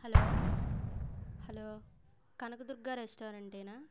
hello hello Kanaka Durga రెస్టారెంటేనా